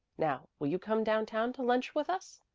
now will you come down-town to lunch with us?